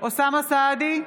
אוסאמה סעדי,